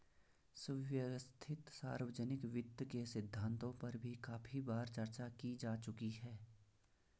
सुव्यवस्थित सार्वजनिक वित्त के सिद्धांतों पर भी काफी बार चर्चा की जा चुकी है